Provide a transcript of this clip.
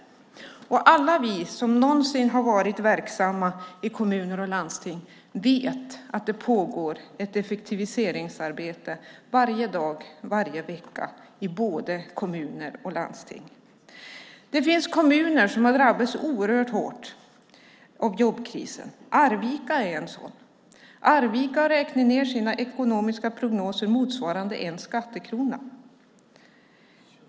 Alla vi som någonsin har varit verksamma i kommuner och landsting vet att det pågår ett effektiviseringsarbete varje dag, varje vecka i både kommuner och landsting. Det finns kommuner som har drabbats oerhört hårt av jobbkrisen. Arvika är en sådan. Arvika har räknat ned sina ekonomiska prognoser motsvarande en skattekrona.